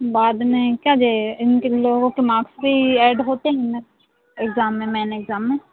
बाद में क्या जे इनके लोगों के माक्स भी ऐड होते हैं ना इक्ज़ाम में मेन इक्ज़ाम में